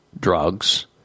drugs